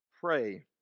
Pray